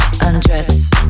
undress